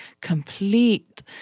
complete